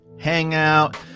hangout